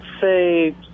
say